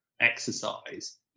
exercise